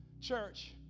Church